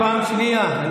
פעם שנייה.